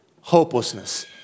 hopelessness